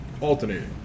Alternating